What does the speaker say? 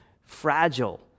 fragile